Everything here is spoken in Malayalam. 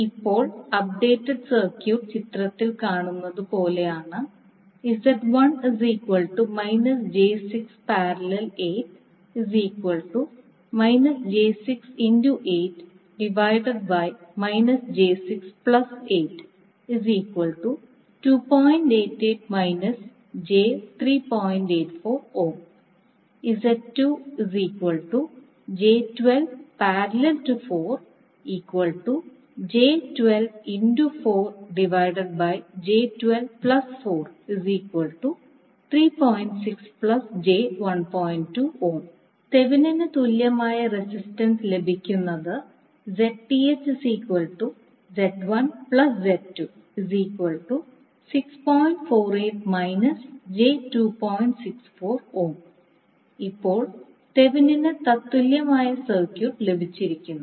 ഇപ്പോൾ അപ്ഡേറ്റ് സർക്യൂട്ട് ചിത്രത്തിൽ കാണുന്നതു പോലെയാണ് തെവെനിന് തത്തുല്യമായ റെസിസ്റ്റൻസ് ലഭിക്കുന്നത് ഇപ്പോൾ തെവെനിന് തത്തുല്യമായ സർക്യൂട്ട് ലഭിച്ചിരിക്കുന്നു